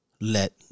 Let